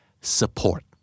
Support